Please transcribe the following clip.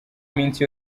minsi